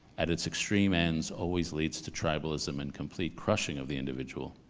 at its extreme ends, always leads to tribalism and complete crushing of the individual,